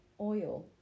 oil